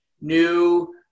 new